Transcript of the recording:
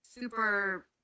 super